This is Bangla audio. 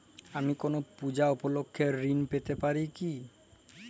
আমি কোনো পূজা উপলক্ষ্যে ঋন পেতে পারি কি?